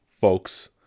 folks